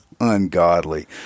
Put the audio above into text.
ungodly